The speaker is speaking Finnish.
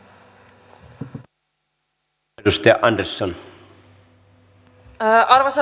arvoisa puhemies